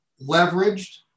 leveraged